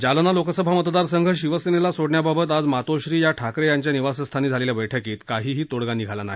जालना लोकसभा मतदारसंघ शिवसेनेला सोडण्याबाबत आज मातोश्री या ठाकरे यांच्या निवासस्थानी झालेल्या बैठकीत काहीही तोडगा निघाला नाही